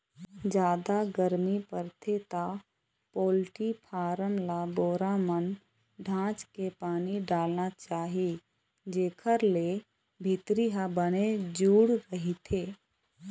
जादा गरमी परथे त पोल्टी फारम ल बोरा मन म ढांक के पानी डालना चाही जेखर ले भीतरी ह बने जूड़ रहिथे